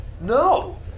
No